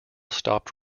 stopped